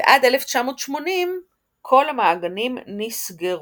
ועד 1980 כל המעגנים נסגרו.